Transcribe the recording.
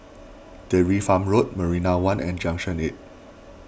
Dairy Farm Road Marina one and Junction eight